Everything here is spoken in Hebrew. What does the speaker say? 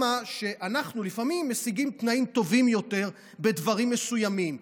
מכיוון שאנחנו לפעמים משיגים תנאים טובים יותר בדברים מסוימים.